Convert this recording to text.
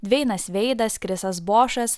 dveinas veidas krisas bošas